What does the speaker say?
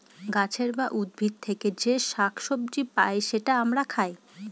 গাছের বা উদ্ভিদ থেকে যে শাক সবজি পাই সেটা আমরা খাই